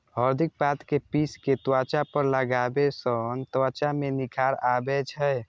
हरदिक पात कें पीस कें त्वचा पर लगाबै सं त्वचा मे निखार आबै छै